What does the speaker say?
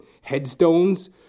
headstones